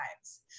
lives